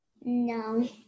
No